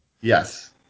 Yes